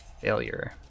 failure